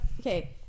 Okay